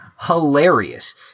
hilarious